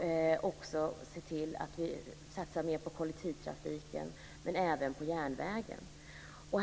Vi måste satsa mer på kollektivtrafiken, men även på järnvägen.